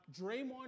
Draymond